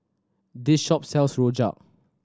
this shop sells rojak